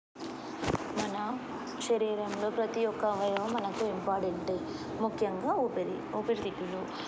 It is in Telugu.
మన శరీరంలో ప్రతి ఒక్క అవయవం మనకు ఇంపార్టెంటే ముఖ్యంగా ఊపిరి ఊపిరితిత్తులు